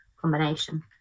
combination